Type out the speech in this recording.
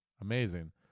amazing